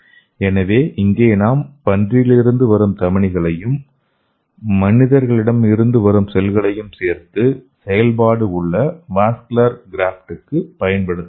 எனவே இங்கே நாம் பன்றியிலிருந்து வரும் தமனிகளையும் மனிதரிடமிருந்து வரும்செல்களையும் சேர்த்து செயல்பாடு உள்ள வாஸ்குலர் கிராப்ட்க்கு பயன்படுத்துகிறோம்